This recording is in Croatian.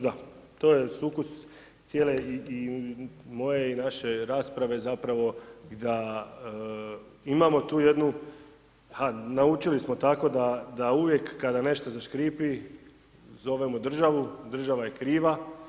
Da, to je sukus cijele i moje i naše rasprave zapravo da imamo tu jednu, a naučili smo tako da uvijek kada nešto zaškripi zovemo državu, država je kriva.